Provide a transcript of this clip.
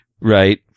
Right